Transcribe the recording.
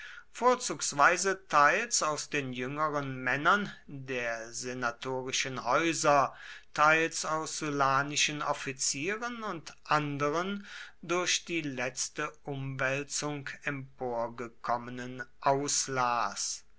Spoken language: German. vorzugsweise teils aus den jüngeren männern der senatorischen häuser teils aus sullanischen offizieren und anderen durch die letzte umwälzung emporgekommenen auslas